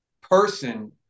person